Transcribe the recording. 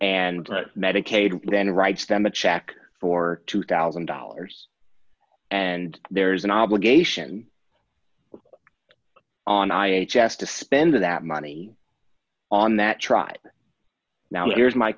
and medicaid then writes them a check for two thousand dollars and there is an obligation on i h s to spend that money on that tried now here's my